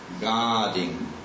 guarding